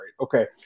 Okay